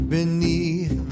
Beneath